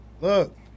Look